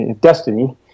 destiny